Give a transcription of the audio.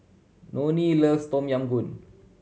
Nonie loves Tom Yam Goong